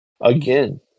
again